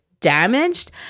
damaged